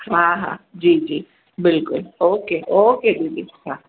हा हा जी जी बिल्कुलु ओके ओके दीदी हा